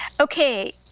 Okay